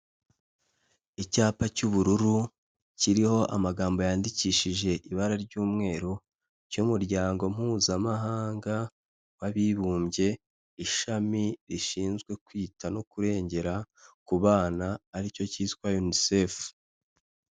Icyapa cy'ubururu kiriho amagambo yandikishije ibara ry'umweru, cy'umuryango mpuzamahanga w'abibumbye, ishami rishinzwe kwita no kurengera ku bana, aricyo cyitwa Unicef.